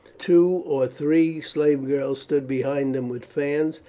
two or three slave girls stood behind them with fans.